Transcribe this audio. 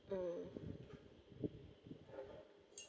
um